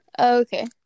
Okay